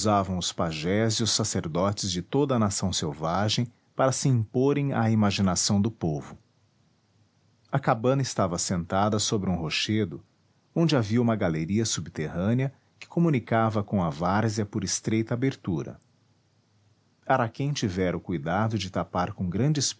usavam os pajés e os sacerdotes de toda a nação selvagem para se imporem à imaginação do povo a cabana estava assentada sobre um rochedo onde havia uma galeria subterrânea que comunicava com a várzea por estreita abertura araquém tivera o cuidado de tapar com grandes